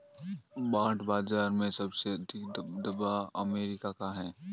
bond बाजार में सबसे अधिक दबदबा अमेरिका का है